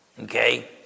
Okay